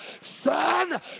Son